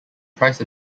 price